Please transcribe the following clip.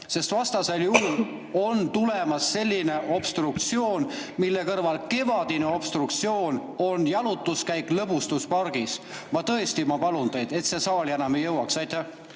sest vastasel juhul on tulemas selline obstruktsioon, mille kõrval kevadine obstruktsioon on jalutuskäik lõbustuspargis. Ma tõesti palun teid, et see siia saali ei jõuaks! Aitäh,